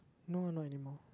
no not anymore